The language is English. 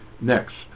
Next